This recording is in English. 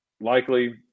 likely